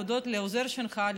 להודות לעוזר שלך,